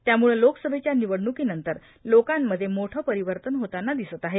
त्यामुळं लोकसभेच्या निवडणुकीनंतर लोकांमध्ये मोठे परिवर्तन होताना दिसत आहे